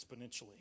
exponentially